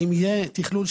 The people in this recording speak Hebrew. אם יהיה תכלול,